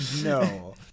no